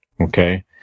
Okay